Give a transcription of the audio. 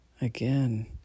again